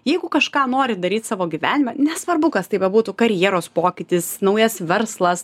jeigu kažką nori daryt savo gyvenime nesvarbu kas tai bebūtų karjeros pokytis naujas verslas